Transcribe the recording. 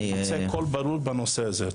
אני מבקש שיצא קול ברור בנושא הזה.